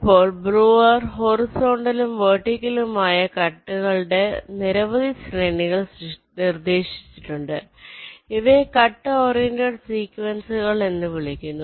ഇപ്പോൾ ബ്രൂയർ ഹോറിസോണ്ടെലും വെർട്ടിക്കലുംമായ കട്ടുകളുടെ നിരവധി ശ്രേണികൾ നിർദ്ദേശിച്ചിട്ടുണ്ട് ഇവയെ കട്ട് ഓറിയന്റഡ് സീക്വൻസുകൾ എന്ന് വിളിക്കുന്നു